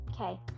okay